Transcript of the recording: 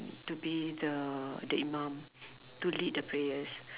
to be the the imam to lead the prayers